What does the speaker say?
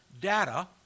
data